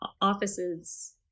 offices